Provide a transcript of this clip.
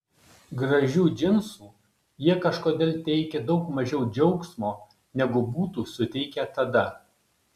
gražių džinsų jie kažkodėl teikia daug mažiau džiaugsmo negu būtų suteikę tada